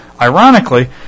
Ironically